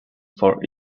four